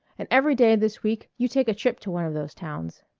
and every day this week you take a trip to one of those towns.